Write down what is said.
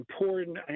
important